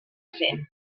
cent